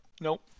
nope